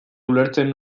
ulertzen